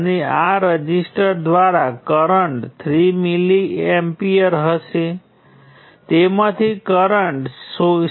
અને G m માંથી કરંટ એ સામાન્ય રીતે V 2 V 3 G m છે અને આમાંથી કરંટ સામાન્ય રીતે V 2 V 3 × G 2 3 છે અને તેની બરાબર 0 છે